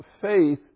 faith